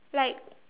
like